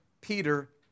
Peter